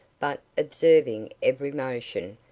but observing every motion,